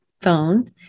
phone